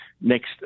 next